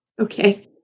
Okay